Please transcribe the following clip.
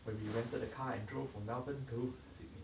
where we rented a car and drove from melbourne to sydney